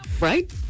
Right